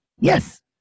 Yes